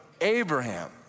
Abraham